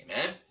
Amen